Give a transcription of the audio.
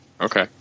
okay